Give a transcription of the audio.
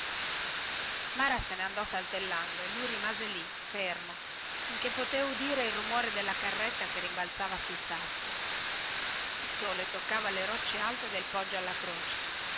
mara se ne andò saltellando e lui rimase lì fermo finchè potè udire il rumore della carretta che rimbalzava sui sassi il sole toccava le rocce alte del poggio alla croce